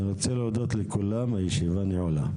אני רוצה להודות לכולם, הישיבה נעולה.